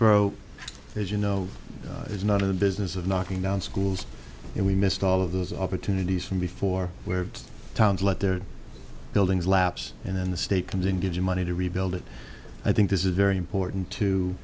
as you know is not in the business of knocking down schools and we missed all of those opportunities from before where towns let their buildings lapse and then the state comes in digit money to rebuild it i think this is very important to